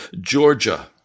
Georgia